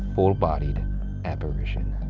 full-bodied apparition.